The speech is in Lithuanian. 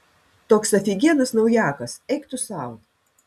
toks afigienas naujakas eik tu sau